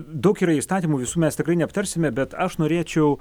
daug yra įstatymų visų mes tikrai neaptarsime bet aš norėčiau